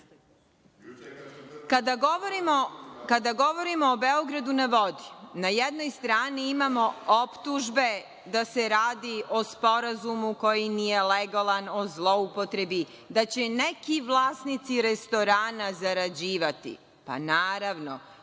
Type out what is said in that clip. govorimo o „Beogradu na vodi“, na jednoj strani imamo optužbe da se radi o sporazumu koji nije legalan, o zloupotrebi, da će neki vlasnici restorana zarađivati, itd. Pa naravno,